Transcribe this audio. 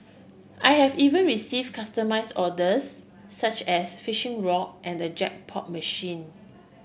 I have even receive customise orders such as fishing rod and jackpot machine